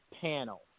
panel